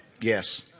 Yes